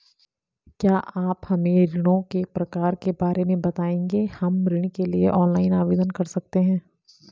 क्या आप हमें ऋणों के प्रकार के बारे में बताएँगे हम ऋण के लिए ऑनलाइन आवेदन कर सकते हैं?